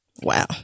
Wow